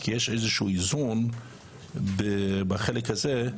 יש איזשהו איזון בחלק הזה,